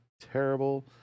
terrible